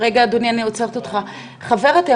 מה שקורה הוא שהנכים עומדים לבחירה, לא